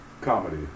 comedy